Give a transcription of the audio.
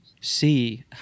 see